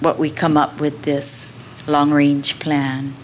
what we come up with this long range plan